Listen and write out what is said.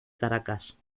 caracas